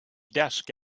desk